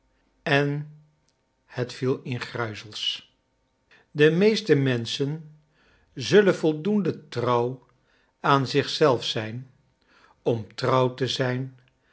en het viel in gruiels de meeste menschen zullen voldoende trouw aan zich zelf zijn om trouw te zijn